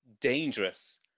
dangerous